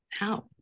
out